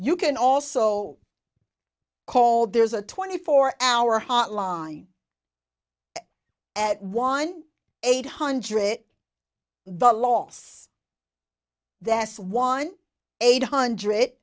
you can also call there's a twenty four hour hotline at one eight hundred the los that's one eight hundred